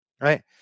Right